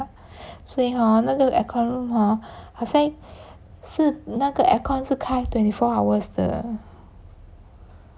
所以 hor 那个 aircon room hor 好像是那个 aircon 是开 twenty four hours 的